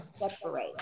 separate